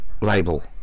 label